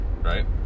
right